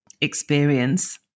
experience